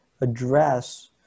address